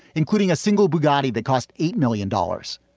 including a single bugatti that cost eight million dollars.